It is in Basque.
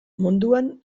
munduan